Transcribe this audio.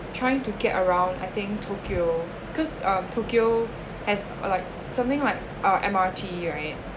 trying to get around I think tokyo because uh tokyo has uh like something like uh M__R_T right